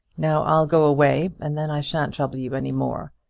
now i'll go away, and then i shan't trouble you any more.